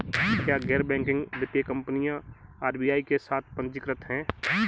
क्या गैर बैंकिंग वित्तीय कंपनियां आर.बी.आई के साथ पंजीकृत हैं?